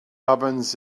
ovens